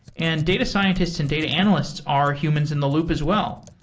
and data scientists and data analysts are humans in the loop as well.